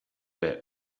bit